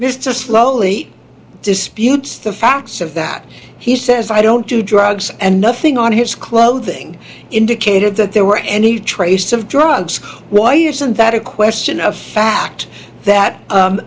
mr slowly disputes the facts of that he says i don't do drugs and nothing on his clothing indicated that there were any trace of drugs why isn't that a question of fact that u